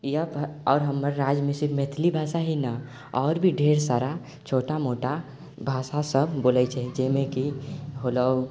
यह आओर हमर राज्यमेसँ मैथिली भाषा ही नहि आओर भी ढेर सारा छोटा मोटा भाषा सब बोलै छै जाहिमे कि होलौ